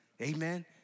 Amen